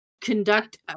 conduct